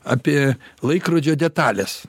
apie laikrodžio detalės